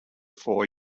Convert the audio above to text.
four